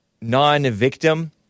non-victim